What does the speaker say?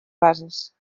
bases